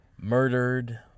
murdered